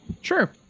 Sure